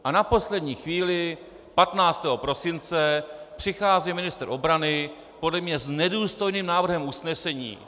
A na poslední chvíli 15. prosince přichází ministr obrany podle mě s nedůstojným návrhem usnesení.